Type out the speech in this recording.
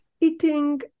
eating